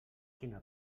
quina